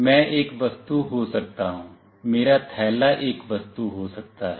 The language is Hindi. मैं एक वस्तु हो सकता हूं मेरा थैला एक वस्तु हो सकता है